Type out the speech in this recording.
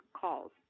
calls